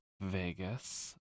Vegas